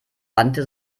wandte